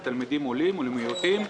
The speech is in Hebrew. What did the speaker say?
לתלמידים עולים ולמיעוטים,